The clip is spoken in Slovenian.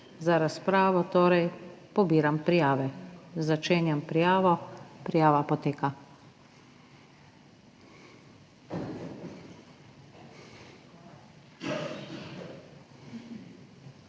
za razpravo, torej pobiram prijave. Začenjam prijavo. Prijava poteka.